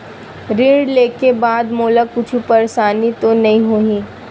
ऋण लेके बाद मोला कुछु परेशानी तो नहीं होही?